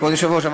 כבוד היושב-ראש,